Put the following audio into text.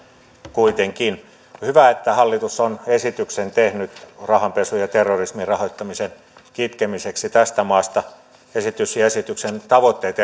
kuitenkin on hyvä että hallitus on tehnyt esityksen rahanpesun ja terrorismin rahoittamisen kitkemiseksi tästä maasta esitys ja erityisesti esityksen tavoitteet